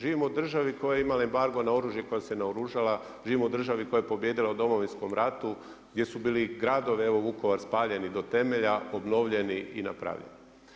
Živimo u državi koja je imala embargo na oružje koja se naoružala, živimo u državi koja je pobijedila u Domovinskom ratu gdje su bili gradovi evo Vukovar spaljeni do temelja, obnovljeni i napravljeni.